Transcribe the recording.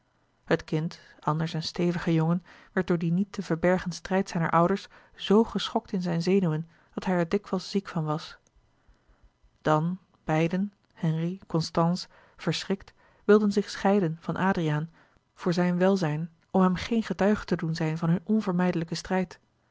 het kind anders een stevige jongen werd door dien niet te verbergen strijd zijner ouders zoo geschokt in zijne zenuwen dat hij er dikwijls ziek van was dan beiden henri constance verschrikt louis couperus de boeken der kleine zielen wilden zich scheiden van adriaan voor zijn welzijn om hem geen getuige te doen zijn van hun onvermijdelijken strijd